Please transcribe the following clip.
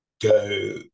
go